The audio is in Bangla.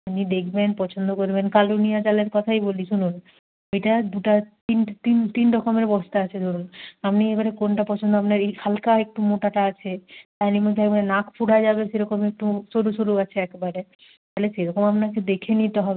আপনি দেখবেন পছন্দ করবেন কালুনিয়া চালের কথাই বলি শুনুন ওইটা দুটা তিন তিন রকমের বস্তা আছে ধরুন আপনি এবারে কোনটা পছন্দ আপনার এই হালকা একটু মোটাটা আছে নাক পুরা যাবে সেরকম একটু সরু সরু আছে একবারে তাহলে সেরকম আপনাকে দেখে নিতে হবে